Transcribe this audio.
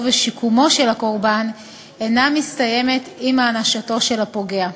ולשיקומו של הקורבן אינה מסתיימת עם הענשתו של הפוגע.